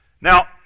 Now